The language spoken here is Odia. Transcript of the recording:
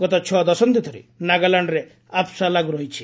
ଗତ ଛଅ ଦଶନ୍ଧି ଧରି ନାଗାଲାଣ୍ଡରେ ଆଫ୍ସ୍ୱା ଲାଗୁ ରହିଛି